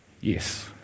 Yes